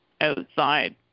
outside